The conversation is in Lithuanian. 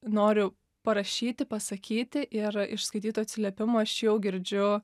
noriu parašyti pasakyti ir iš skaitytų atsiliepimų aš jau girdžiu